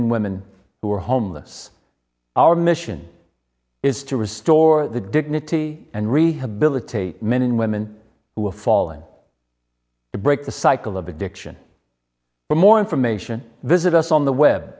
and women who are homeless our mission is to restore the dignity and rehabilitate men and women who have fallen to break the cycle of addiction for more information visit us on the web